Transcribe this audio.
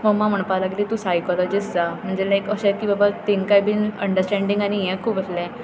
मम्मा म्हणपाक लागली तूं सायकोलोजिस्ट जावं म्हणजें लायक अशें तांकांय बी अंडरस्टॅडींग आनी हें खूब आसलें